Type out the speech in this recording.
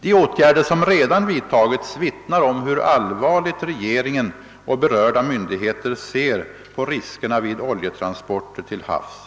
De åtgärder som redan vidtagits vittnar om hur allvarligt regeringen och berörda myndigheter ser på riskerna vid oljetransporter till havs.